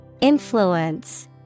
Influence